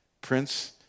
Prince